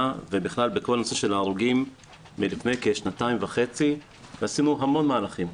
ובכלל בכל הנושא של ההרוגים מלפני כשנתיים וחצי ועשינו המון מהלכים,